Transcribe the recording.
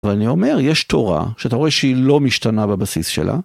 אבל אני אומר יש תורה שאתה רואה שהיא לא משתנה בבסיס שלה.